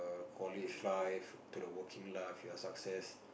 the college life to the working life you are success